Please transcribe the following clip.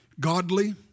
godly